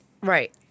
Right